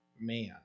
man